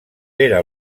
era